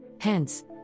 Hence